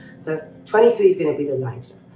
so twenty three is going to be the lighter.